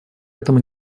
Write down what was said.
этому